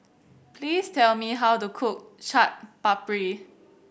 please tell me how to cook Chaat Papri